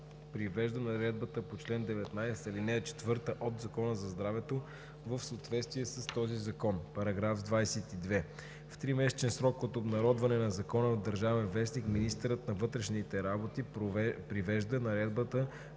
привежда наредбата по чл. 19, ал. 4 от Закона за здравето в съответствие с този закон. § 22. В тримесечен срок от обнародване на закона в „Държавен вестник“ министърът на вътрешните работи привежда наредбата